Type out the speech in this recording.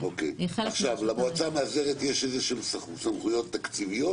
אוקיי, למועצה המאסדרת יש איזשהם סמכויות תקציביות